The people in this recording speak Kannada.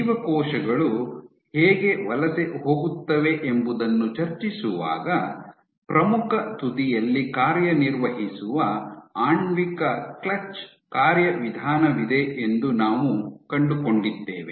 ಜೀವಕೋಶಗಳು ಹೇಗೆ ವಲಸೆ ಹೋಗುತ್ತವೆ ಎಂಬುದನ್ನು ಚರ್ಚಿಸುವಾಗ ಪ್ರಮುಖ ತುದಿಯಲ್ಲಿ ಕಾರ್ಯನಿರ್ವಹಿಸುವ ಆಣ್ವಿಕ ಕ್ಲಚ್ ಕಾರ್ಯವಿಧಾನವಿದೆ ಎಂದು ನಾವು ಕಂಡುಕೊಂಡಿದ್ದೇವೆ